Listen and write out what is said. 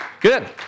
Good